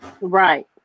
Right